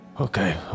Okay